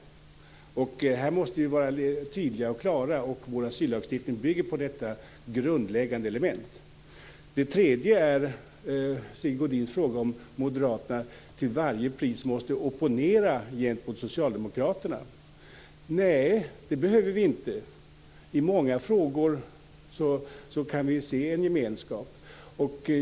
I detta sammanhang måste vi vara tydliga och klara. Vår asyllagstiftning bygger på detta grundläggande element. Det tredje som jag vill ta upp är Sigge Godins fråga om Moderaterna till varje pris måste opponera gentemot Socialdemokraterna. Nej, det behöver vi inte. I många frågor kan vi se en gemenskap.